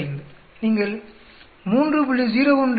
895 நீங்கள் 3